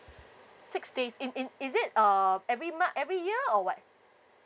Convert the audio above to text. six days in in is it uh every mon~ every year or what